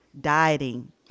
dieting